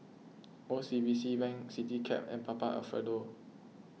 O C B C Bank CityCab and Papa Alfredo